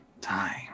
time